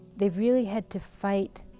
they really had to fight.